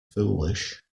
foolish